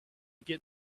get